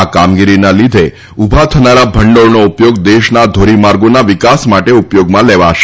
આ કામગીરીના લીધે ઉભા થનાર ભંડોળનો ઉપયોગ દેશના ધોરીમાર્ગોના વિકાસ માટે ઉપયોગમાં લેવાશે